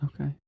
Okay